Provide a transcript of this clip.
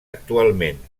actualment